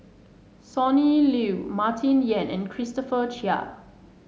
Sonny Liew Martin Yan and Christopher Chia